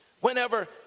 whenever